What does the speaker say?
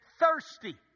thirsty